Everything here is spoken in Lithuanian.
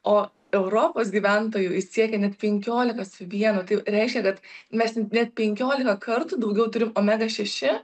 o europos gyventojų jis siekė net penkiolika su vienu tai reiškia kad mes net penkiolika kartų daugiau turim omega šeši